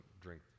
drink